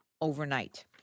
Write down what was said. overnight